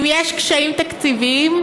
אם יש קשיים תקציביים,